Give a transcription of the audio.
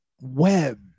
web